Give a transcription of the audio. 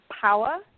power